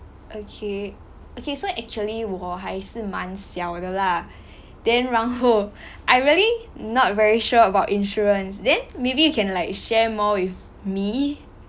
okay okay so actually 我还是蛮小的啦 then 然后 I really not very sure about insurance then maybe you can like share more with me